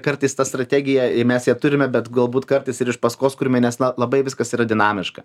kartais ta strategija ir mes ją turime bet galbūt kartais ir iš paskos kuriame nes na labai viskas yra dinamiška